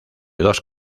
dos